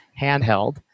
handheld